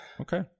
Okay